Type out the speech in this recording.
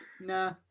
Nah